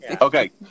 Okay